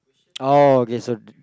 oh okay so